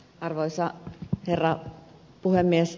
arvoisa herra puhemies